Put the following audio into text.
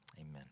Amen